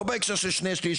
לא בהקשר של שני שליש,